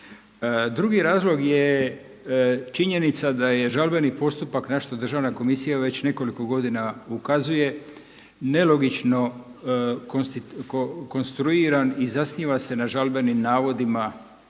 Drugi razlog je činjenica da je žalbeni postupak na što državna komisija već nekoliko godina ukazuje nelogično konstruiran i zasniva se na žalbenim navodima